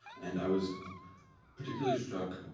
and i was particularly struck